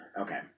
Okay